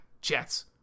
Jets